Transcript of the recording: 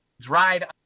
dried